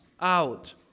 out